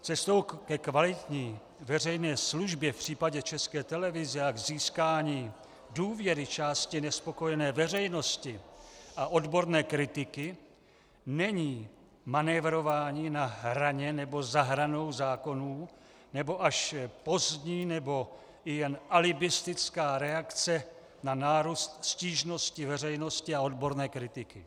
Cestou ke kvalitní veřejné službě v případě České televize a k získání důvěry části nespokojené veřejnosti a odborné kritiky není manévrování na hraně nebo za hranou zákonů, nebo až pozdní nebo i jen alibistická reakce na nárůst stížností veřejnosti a odborné kritiky.